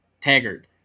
Taggart